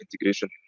integration